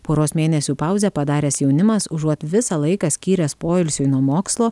poros mėnesių pauzę padaręs jaunimas užuot visą laiką skyręs poilsiui nuo mokslo